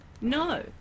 No